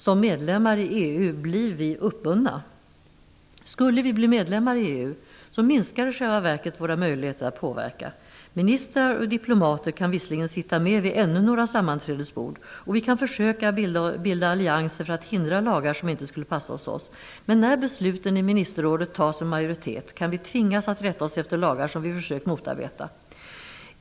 Som medlemmar i EU blir vi uppbundna. Skulle vi bli medlemmar i EU minskar i själva verket våra möjligheter att påverka. Ministrar och diplomater kan visserligen sitta med vid ännu några sammanträdesbord, och vi kan försöka bilda allianser för att hindra lagar som inte skulle passa hos oss, men när besluten i ministerrådet antas med majoritet kan vi tvingas att rätta oss efter lagar som vi försökt motarbeta.